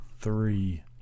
three